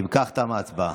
אם כך, תמה ההצבעה.